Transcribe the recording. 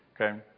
Okay